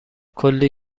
کلی